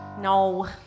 No